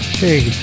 hey